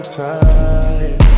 time